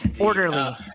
Orderly